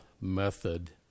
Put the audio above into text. method